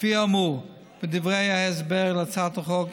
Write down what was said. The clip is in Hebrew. כפי שאמור בדברי ההסבר להצעת החוק,